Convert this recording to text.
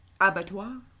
abattoir